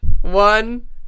One